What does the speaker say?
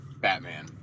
Batman